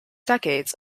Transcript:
decades